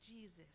Jesus